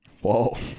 Whoa